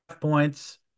points